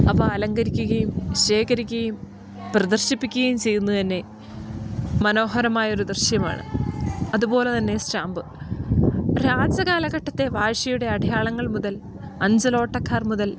അപ്പം അലങ്കരിക്കുകയും ശേഖരിക്കുകയും പ്രദർശിപ്പിക്കുകയും ചെയ്യുന്നത് തന്നെ മനോഹരമായൊരു ദൃശ്യമാണ് അത്പോലെ തന്നെ സ്റ്റാമ്പ് രാജകാലഘട്ടത്തെ വാഴ്ച്ചയുടെ അടയാളങ്ങൾ മുതൽ അഞ്ചലോട്ടക്കാർ മുതൽ